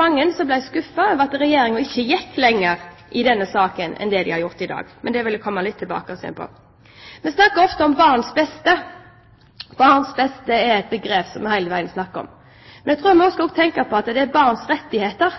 mange som ble skuffet over at Regjeringen ikke gikk lenger i denne saken enn det de har gjort i dag. Det vil jeg komme litt tilbake til. Vi snakker ofte om barns beste. Barns beste er et begrep som vi snakker om hele veien. Men jeg tror vi også skal tenke på barns rettigheter.